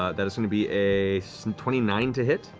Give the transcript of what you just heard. ah that is going to be a so and twenty nine to hit.